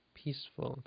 peaceful